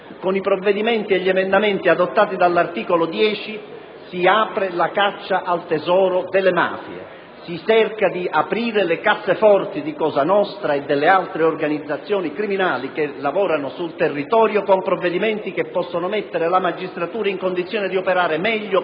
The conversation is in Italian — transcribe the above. con i provvedimenti e gli emendamenti adottati all'articolo 10 si apre la caccia al tesoro delle mafie, si cerca di aprire le casseforti di Cosa nostra e delle altre organizzazioni criminali che operano sul territorio, mediante misure che possono mettere la magistratura in condizione di operare meglio, più